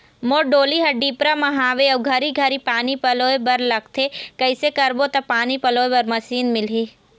मोर डोली हर डिपरा म हावे अऊ घरी घरी पानी पलोए बर लगथे कैसे करबो त पानी पलोए बर मशीन मिलही?